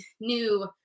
new